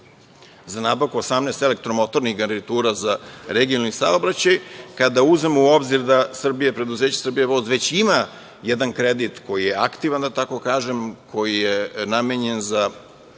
za nabavku 18 elektromotornih garnitura za regionalni saobraćaj. Kada uzmemo u obzir da preduzeće "Srbija voz" već ima jedan kredit koji je aktivan, da tako kažem, koji je namenjen za